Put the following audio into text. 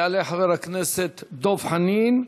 יעלה חבר הכנסת דב חנין,